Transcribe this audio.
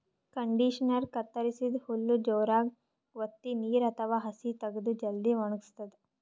ಕಂಡಿಷನರಾ ಕತ್ತರಸಿದ್ದ್ ಹುಲ್ಲ್ ಜೋರಾಗ್ ವತ್ತಿ ನೀರ್ ಅಥವಾ ಹಸಿ ತಗದು ಜಲ್ದಿ ವಣಗಸ್ತದ್